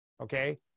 okay